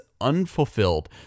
unfulfilled